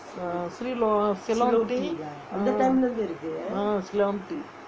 ceylon tea ah ceylon tea